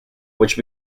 which